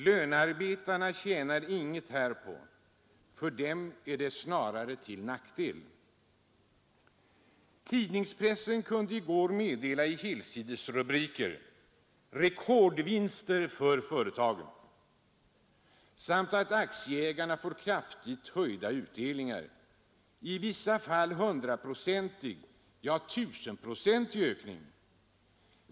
Lönarbetarna tjänar inget härpå; för dem är det snarare till nackdel. Tidningspressen kunde i går i helsidesrubriker meddela: ”Rekordvinster för företagen”. Det uppgavs att aktieägarna får kraftigt höjda utdelningar; i vissa fall rör det sig om en hundraprocentig, ja, tusenprocentig ökning.